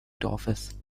dorfes